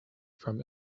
from